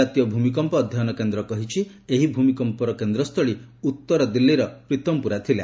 ଜାତୀୟ ଭୂମିକମ୍ପ ଅଧ୍ୟୟନ କେନ୍ଦ୍ର କହିଛି ଏହି ଭୂମିକମ୍ପର କେନ୍ଦ୍ରସ୍ଥଳୀ ଉତ୍ତର ଦିଲ୍ଲୀର ପୀତମପୁରା ଥିଲା